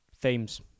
themes